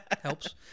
helps